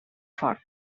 fort